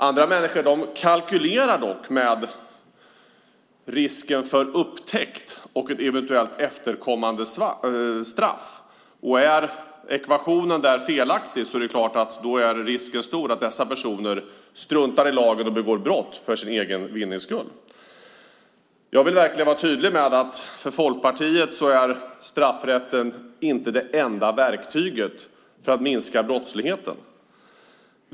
Andra människor kalkylerar dock med risken för upptäckt och ett eventuellt efterkommande straff. Är ekvationen där felaktig är det klart att risken är stor att dessa personer struntar i lagar och begår brott för sin egen vinnings skull. Jag vill verkligen vara tydlig med att för Folkpartiet är straffrätten inte det enda verktyget för att minska brottsligheten.